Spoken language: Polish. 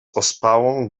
ospałą